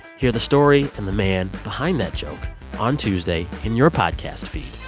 hear the story and the man behind that joke on tuesday in your podcast feed.